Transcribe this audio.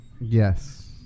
yes